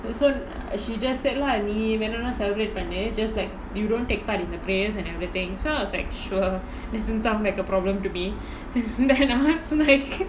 so she just said lah நீ வேணுனா:nee vaenunaa celebrate பண்ணு:pannu just that you don't take part in the prayers and everything so I was like sure doesn't sound like a problem to me then I was like